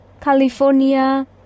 California